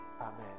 Amen